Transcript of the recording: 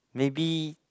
maybe